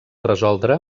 resoldre